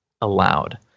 allowed